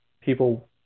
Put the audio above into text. people